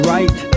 Right